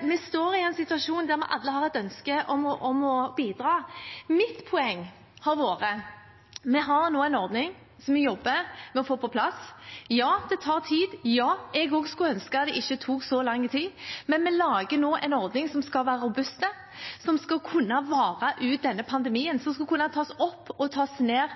vi står i en situasjon der vi alle har et ønske om å bidra. Mitt poeng har vært at vi nå har en ordning som vi jobber med å få på plass. Ja, det tar tid. Ja, jeg skulle også ønske at det ikke tok så lang tid. Men vi lager nå en ordning som skal være robust, som skal kunne vare ut denne pandemien, og som skal kunne tas opp og tas ned